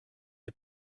the